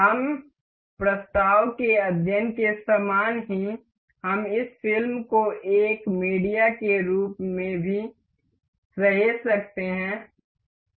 इस प्रस्ताव के अध्ययन के समान ही हम इस फिल्म को एक मीडिया के रूप में भी सहेज सकते हैं